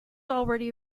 already